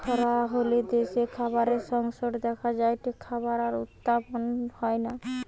খরা হলে দ্যাশে খাবারের সংকট দেখা যায়টে, খাবার আর উৎপাদন হয়না